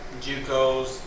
JUCOs